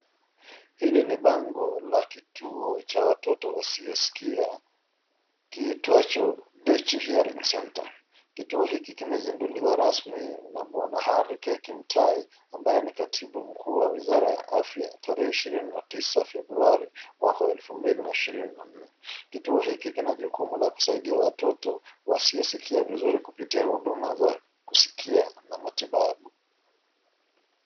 Hili ni bango la kitu cha watoto wasiyosikia kiitwacho Deaf Hearing Centre . Kituo hiki kimezinduliwa rasmi na bwana Harry K Kimutai ambaye ni katibu mkuu wa wizara ya afya tarehe ishirini na tisa Februari mwaka wa elfu mbili na ishirini na nne. Kituo hiki kina jukumu la kuwasaidia watoto wasio sikia vizuri kupitia huduma za kusikia na matibabu.